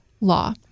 law